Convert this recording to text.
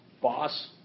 boss